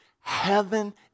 heaven